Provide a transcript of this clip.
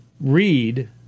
read